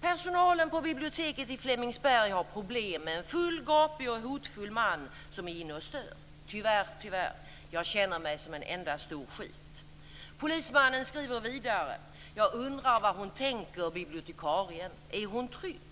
"Personalen på biblioteket i Flemingsberg har problem med en full, gapig och hotfull man som är inne och stör. Tyvärr, tyvärr. Jag känner mig som en enda stor skit." Polismannen skriver vidare: "Jag undrar vad hon tänker, bibliotekarien. Är hon trygg?"